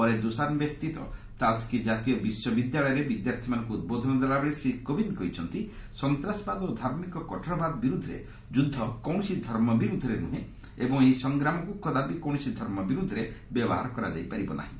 ପରେ ଦୁଶାନବେସ୍ଥିତ ତାଜିକ୍ ଜାତୀୟ ବିଶ୍ୱବିଦ୍ୟାଳୟରେ ବିଦ୍ୟାର୍ଥୀମାନଙ୍କୁ ଉଦ୍ବୋଧନ ଦେଲାବେଳେ ଶ୍ରୀ କୋବିନ୍ଦ କହିଛନ୍ତି ସନ୍ତାସବାଦ ଓ ଧାର୍ମିକ କଠୋରବାଦ ବିରୁଦ୍ଧରେ ଯୁଦ୍ଧ କୌଣସି ଧର୍ମବିରୁଦ୍ଧରେ ନୁହେଁ ଏବଂ ଏହି ସଂଗ୍ରାମକୁ କଦାପି କୌଣସି ଧର୍ମ ବିରୁଦ୍ଧରେ ବ୍ୟବହାର କରାଯାଇପାରିବ ନାହିଁ